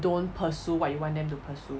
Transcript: don't pursue what you want them to pursue